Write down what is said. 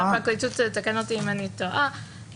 והפרקליטות תתקן אותי אם אני טועה,